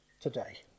today